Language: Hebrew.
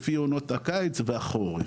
לפי עונות הקיץ והחורף,